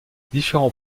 différents